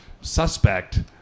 suspect